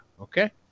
Okay